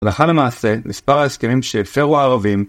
הלכה למעשה, מספר ההסכמים שהפרו הערבים